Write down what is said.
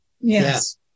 Yes